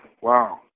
Wow